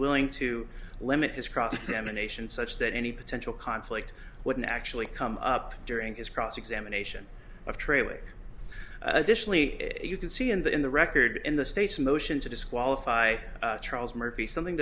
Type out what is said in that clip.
willing to limit his cross examination such that any potential conflict wouldn't actually come up during his cross examination of trailing additionally you can see in the in the record in the state's motion to disqualify charles murphy something